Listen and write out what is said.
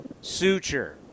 suture